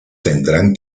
tendrán